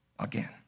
Again